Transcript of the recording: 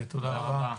תודה רבה.